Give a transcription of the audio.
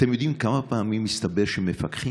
אתם יודעים כמה פעמים הסתבר שמפקחים